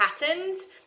patterns